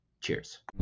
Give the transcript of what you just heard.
Cheers